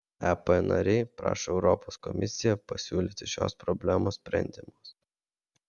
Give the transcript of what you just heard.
ep nariai prašo europos komisiją pasiūlyti šios problemos sprendimus